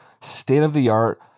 state-of-the-art